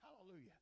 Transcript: Hallelujah